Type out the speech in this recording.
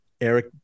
Eric